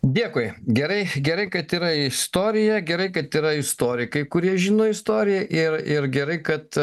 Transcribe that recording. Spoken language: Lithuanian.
dėkui gerai gerai kad yra istorija gerai kad yra istorikai kurie žino istoriją ir ir gerai kad